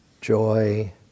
joy